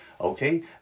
okay